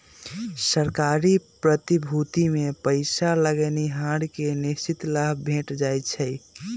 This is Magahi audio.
सरकारी प्रतिभूतिमें पइसा लगैनिहार के निश्चित लाभ भेंट जाइ छइ